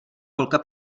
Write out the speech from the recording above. holka